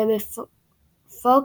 ובפוקס,